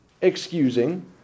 excusing